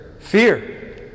Fear